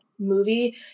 Movie